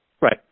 right